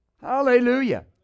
Hallelujah